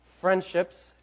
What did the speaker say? friendships